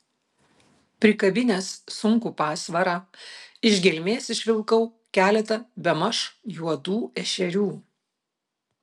prikabinęs sunkų pasvarą iš gelmės išvilkau keletą bemaž juodų ešerių